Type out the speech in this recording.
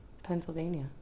Pennsylvania